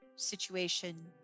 situation